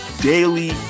daily